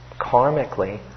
karmically